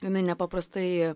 jinai nepaprastai